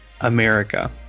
America